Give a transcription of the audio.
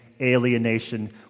alienation